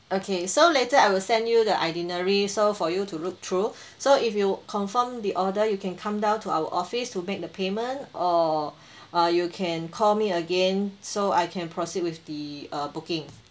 okay so later I will send you the itinerary so for you to look through so if you confirm the order you can come down to our office to make the payment or uh you can call me again so I can proceed with the uh booking